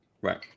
Right